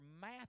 math